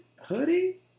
Hoodie